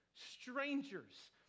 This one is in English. strangers